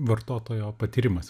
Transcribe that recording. vartotojo patyrimas